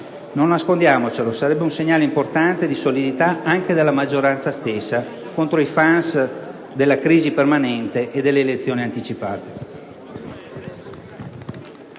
non nascondiamocelo - sarebbe un segnale importante di solidità della maggioranza contro i *fan* della crisi permanente e delle elezioni anticipate.